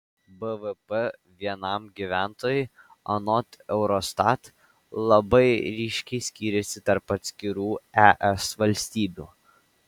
bvp vienam gyventojui anot eurostat labai ryškiai skyrėsi tarp atskirų es valstybių